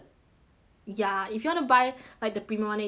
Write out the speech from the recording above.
ya if you want to buy like the premium 可以 buy lor